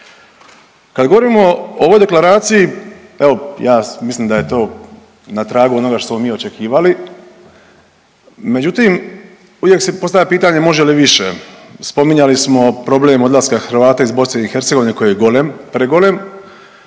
Kad govorimo o ovoj deklaraciji, evo ja mislim da je to na tragu onoga što smo mi očekivali, međutim uvijek se postavlja pitanje može li više. Spominjali smo problem odlaska Hrvata iz BiH koji je golem,